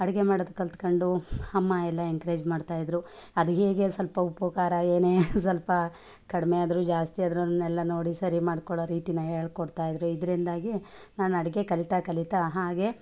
ಅಡುಗೆ ಮಾಡೋದು ಕಲ್ತುಕೊಂಡು ಅಮ್ಮ ಎಲ್ಲ ಎನ್ಕರೇಜ್ ಮಾಡ್ತಾಯಿದ್ದರು ಅದು ಹೇಗೆ ಸ್ವಲ್ಪ ಉಪ್ಪು ಖಾರ ಏನೇ ಸ್ವಲ್ಪ ಕಡಿಮೆ ಆದರೂ ಜಾಸ್ತಿ ಆದರೂ ಅದನ್ನೆಲ್ಲ ನೋಡಿ ಸರಿ ಮಾಡ್ಕೊಳ್ಳೋ ರೀತಿನ ಹೇಳ್ಕೊಡ್ತಾಯಿದ್ದರು ಇದರಿಂದಾಗಿ ನಾನು ಅಡುಗೆ ಕಲೀತಾ ಕಲೀತಾ ಹಾಗೆ